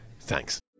Thanks